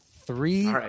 Three